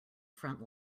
front